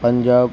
Punjab